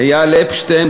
אייל אפשטיין,